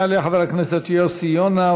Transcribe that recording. יעלה חבר הכנסת יוסי יונה,